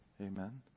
Amen